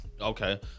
Okay